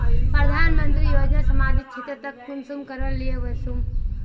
प्रधानमंत्री योजना सामाजिक क्षेत्र तक कुंसम करे ले वसुम?